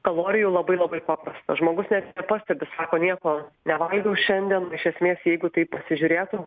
kalorijų labai labai paprastas žmogus net nepastebi sako nieko nevalgiau šiandien iš esmės jeigu taip pasižiūrėtum